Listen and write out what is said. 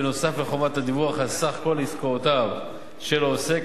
בנוסף לחובת הדיווח על סך כל עסקאותיו של העוסק,